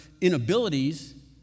inabilities